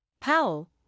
Powell